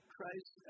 Christ